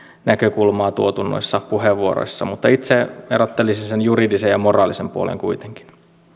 näkökulmaa tuotu puheenvuoroissa mutta itse erottelisin sen juridisen ja moraalisen puolen kuitenkin